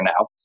now